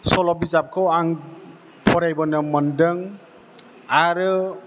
सल' बिजाबखौ आं फरायबोनो मोनदों आरो